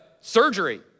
surgery